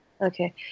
Okay